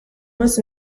was